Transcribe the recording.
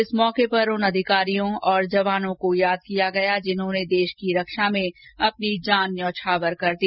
इस अवसर पर उन अधिकारियों और जवानों को याद किया गया जिन्होंने देश की रक्षा में अपनी जान न्योछावर कर दी